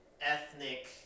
ethnic